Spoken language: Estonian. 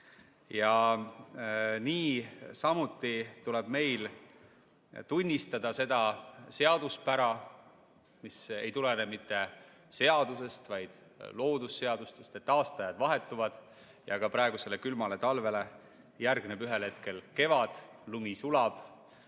Niisamuti tuleb meil tunnistada seda seaduspära, mis ei tulene mitte [riiklikest] seadustest, vaid loodusseadustest: aastaajad vahetuvad ja praegusele külmale talvele järgneb ühel hetkel kevad. Lumi sulab